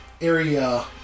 area